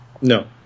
No